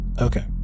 Okay